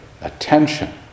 attention